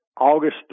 August